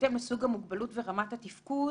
בהתאם לסוג המוגבלות ורמת התפקוד